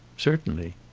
certainly.